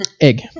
Egg